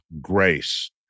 grace